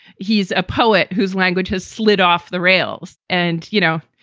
he's a poet whose language has slid off the rails. and, you know,